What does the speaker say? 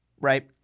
right